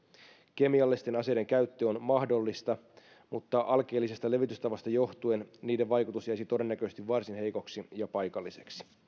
kemiallisten aseiden käyttö on mahdollista mutta alkeellisesta levitystavasta johtuen niiden vaikutus jäisi todennäköisesti varsin heikoksi ja paikalliseksi